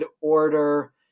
order